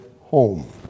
home